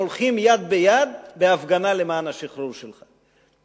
הם הולכים יד ביד בהפגנה למען השחרור שלך.